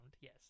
yes